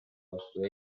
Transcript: vastu